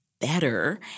better